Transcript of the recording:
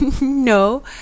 No